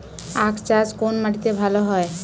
আখ চাষ কোন মাটিতে ভালো হয়?